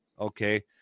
Okay